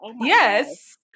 Yes